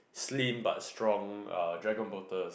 slim but strong uh dragon boaters